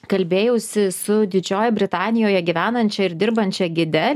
kalbėjausi su didžiojoj britanijoje gyvenančia ir dirbančia gide